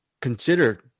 consider